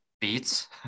beats